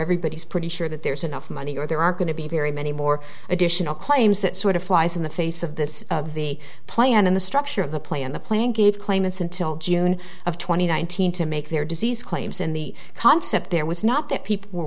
everybody is pretty sure that there's enough money or there are going to be very many more additional claims that sort of flies in the face of this of the plan in the structure of the plan the plan gave claimants until june of twenty nine thousand to make their disease claims in the concept there was not that people were